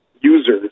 users